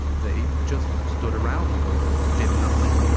they. just stood around and did nothing,